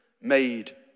made